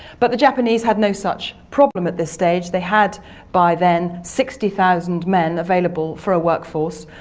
but the japanese had no such problem at this stage, they had by then sixty thousand men available for a workforce,